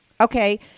Okay